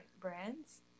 brands